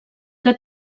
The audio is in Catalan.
que